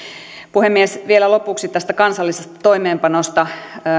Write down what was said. puhemies vielä lopuksi tästä kansallisesta toimeenpanosta